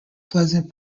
pleasant